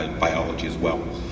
and biology as well.